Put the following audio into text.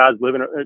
living